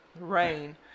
Rain